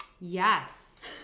Yes